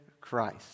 Christ